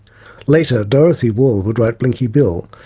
later dorothy wall would write blinky bill,